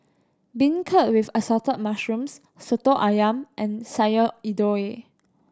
beancurd with Assorted Mushrooms Soto Ayam and Sayur Lodeh